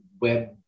web